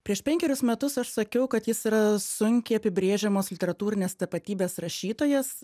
prieš penkerius metus aš sakiau kad jis yra sunkiai apibrėžiamos literatūrinės tapatybės rašytojas